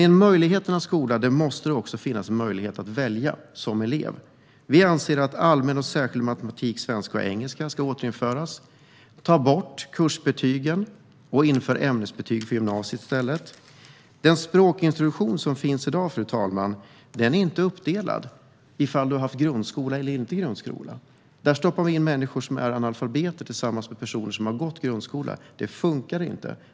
I en möjligheternas skola måste det dock finnas möjlighet att välja som elev. Vi anser att allmän och särskild matematik, svenska och engelska ska återinföras. Kursbetygen ska tas bort och ämnesbetyg för gymnasiet införas i stället. Den språkintroduktion som finns i dag är inte uppdelad efter om man har gått i grundskola eller inte. Där stoppar vi in människor som är analfabeter tillsammans med personer som har gått grundskolan. Det funkar inte.